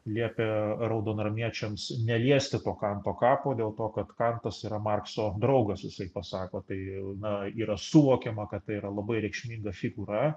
liepia raudonarmiečiams neliesti to kanto kapo dėl to kad kantas yra markso draugas jisai pasako tai na yra suvokiama kad tai yra labai reikšminga figūra